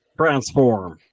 Transform